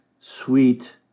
sweet